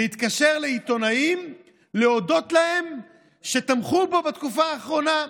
להתקשר לעיתונאים ולהודות להם על שתמכו בו בתקופה האחרונה.